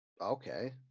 okay